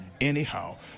anyhow